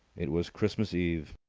it was christmas eve.